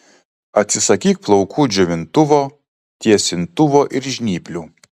atsisakyk plaukų džiovintuvo tiesintuvo ir žnyplių